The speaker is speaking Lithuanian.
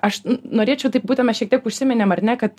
aš norėčiau taip būtume šiek tiek užsiminėm ar ne kad